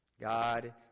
god